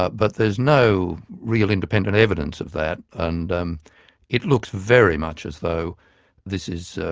but but there's no real independent evidence of that. and um it looks very much as though this is